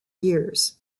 years